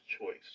choice